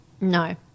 No